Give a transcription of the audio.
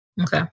Okay